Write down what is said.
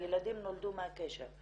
הילדים נולדו מהקשר.